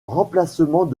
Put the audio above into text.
remplacement